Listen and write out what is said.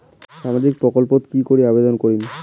সামাজিক প্রকল্পত কি করি আবেদন করিম?